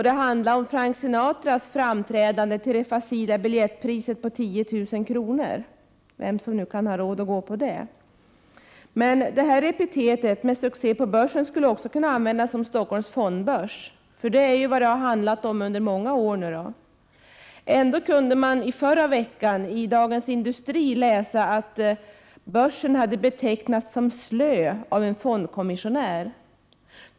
Det handlar om Frank Sinatras framträdande till det facila biljettpriset av 10 000 kr. — vem som nu kan ha råd med det. Uttrycket succé på Börsen skulle också kunna avse Stockholms fondbörs. Succé är nämligen det som det har handlat om under många år. Ändå kunde man i förra veckan i Dagens Industri läsa att börsen av en fondkommissionär hade betecknats som slö.